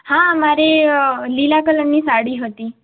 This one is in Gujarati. હા મારે અ લીલા કલરની સાડી હતી